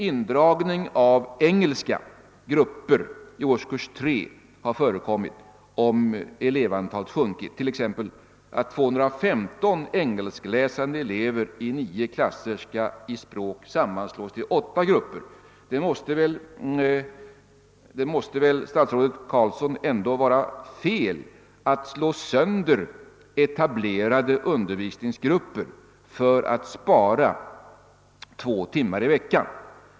Indragning av engelska grupper i årskurs 3 har förekommit då elevantalet sjunkit, t.ex. på så sätt att 215 engelskläsande elever i nio klasser i språk sammanslagits till åtta grupper. Det måste väl ändå, herr statsråd, vara fel att slå sönder etablerade undervisningsgrupper för att spara två timmar i veckan.